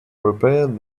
repaired